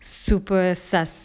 super sus~